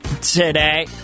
today